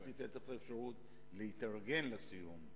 רציתי לתת לך אפשרות להתארגן לסיום.